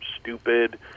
stupid